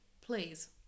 please